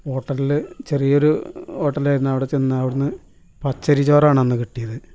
ഹോട്ടലിൽ ചെറിയൊരു ഹോട്ടൽ ആയിരുന്നു അവിടെ ചെന്ന് അവിടുന്ന് പച്ചരി ചോറാണ് അന്ന് കിട്ടിയത്